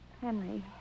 Henry